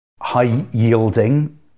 high-yielding